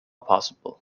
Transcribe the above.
possible